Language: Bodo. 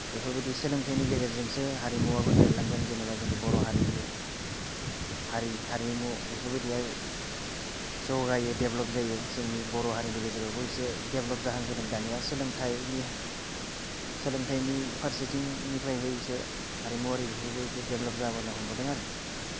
बेफोरबायदि सोलोंथायनि गेजेरजोंसो हारिमुआबो देरलांगोन जेनेबा जोंनि बर' हारिमु हारि हारिमु बेफोरबायदिहै जौगायो डेभलप जायो जोंनि बर' हारिनि गेजेरावबो एसे डेभलप जाहांबोदों दानिया सोलोंथायनि फारसेथिंनिफ्रायहै इसे हारिमुआरि बेफोरबो एसे डेभलप जाबोनो हमबोदों आरो